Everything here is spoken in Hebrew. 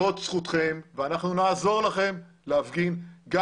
זאת זכותכם ואנחנו נעזור לכם להפגין גם